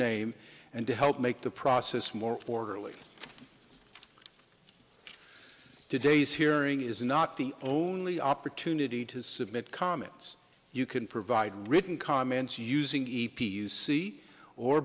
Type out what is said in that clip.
name and to help make the process more orderly today's hearing is not the only opportunity to submit comments you can provide written comments using